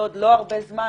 לא בעוד הרבה זמן